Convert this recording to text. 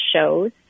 shows